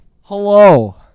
Hello